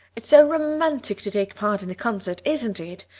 it's so romantic to take part in a concert, isn't it?